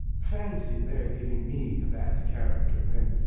fancy their giving me a bad character when.